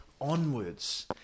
onwards